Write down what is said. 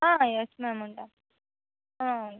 yes మేమ్ ఉంటాం ఉంటాం